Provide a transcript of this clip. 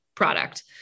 product